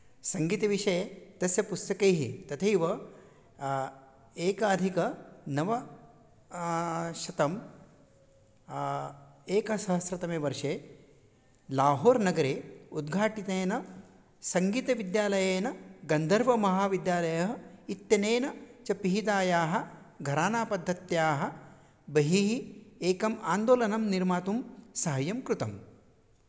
सङ्गीतविषये तस्य पुस्तकैः तथैव एकाधिकनव शतं एकसहस्रतमे वर्षे लाहोर् नगरे उद्घाटिनेन सङ्गीतविद्यालयेन गन्दर्वमहाविद्यालयः इत्यनेन च पिहितायाः घरानापद्धत्याः बहिः एकम् आन्दोलनं निर्मातुं साहाय्यं कृतम्